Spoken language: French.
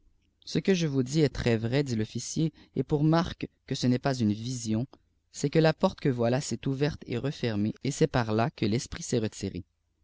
ce que je vous dis est très vrai dit l'officier et pour marque que ce n'esfas une visioik c'est rfue fei'pçrdéque voilà s'est ouverte et refermée el c'est par-là que l'esprit s'est retiré